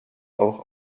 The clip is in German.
auch